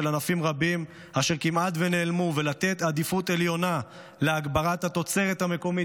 ענפים רבים אשר כמעט נעלמו ולתת עדיפות עליונה להגברת התוצרת המקומית,